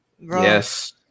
yes